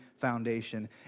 foundation